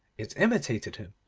it imitated him.